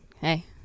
hey